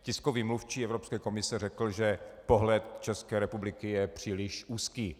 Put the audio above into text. Tiskový mluvčí Evropské komise řekl, že pohled České republiky je příliš úzký.